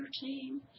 team